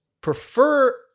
prefer